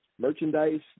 Merchandise